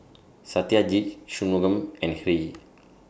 Satyajit Shunmugam and Hri